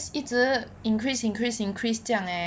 一直 increase increase increase 这样 leh